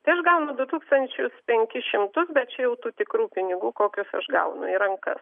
tai aš gaunu du tūkstančius penkis šimtus bet jau tu tikrų pinigų kokius aš gaunu į rankas